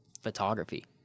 photography